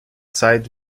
zeit